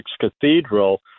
Cathedral